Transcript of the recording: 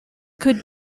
could